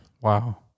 Wow